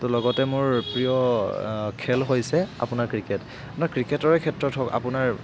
লগতে মোৰ প্ৰিয় খেল হৈছে আপোনাৰ ক্ৰিকেট না ক্ৰিকেটৰে ক্ষেত্ৰত হওক আপোনাৰ